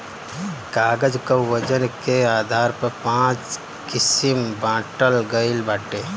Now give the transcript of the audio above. कागज कअ वजन के आधार पर पाँच किसिम बांटल गइल बाटे